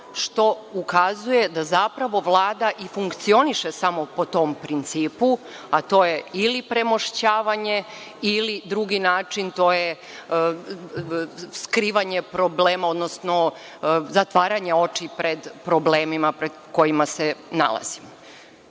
što ukazuje da zapravo Vlada i funkcioniše samo po tom principu, a to je ili premošćavanje ili drugi način, a to je skrivanje problema, odnosno zatvaranje očiju pred problemima pred kojima se nalazimo. Što